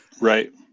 Right